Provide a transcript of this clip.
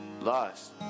lost